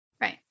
Right